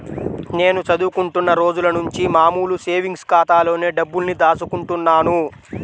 నేను చదువుకుంటున్న రోజులనుంచి మామూలు సేవింగ్స్ ఖాతాలోనే డబ్బుల్ని దాచుకుంటున్నాను